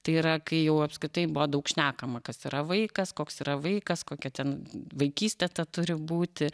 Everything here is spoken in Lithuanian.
tai yra kai jau apskritai buvo daug šnekama kas yra vaikas koks yra vaikas kokia ten vaikystė ta turi būti